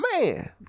man